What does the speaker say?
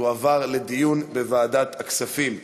תועבר לדיון בוועדת הכספים.